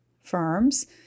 firms